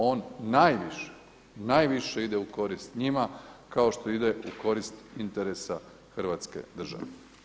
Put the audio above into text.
On najviše, najviše ide u korist njima kao što ide u korist interesa Hrvatske države.